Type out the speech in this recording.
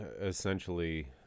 essentially